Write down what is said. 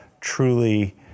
truly